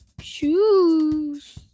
shoes